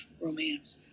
romance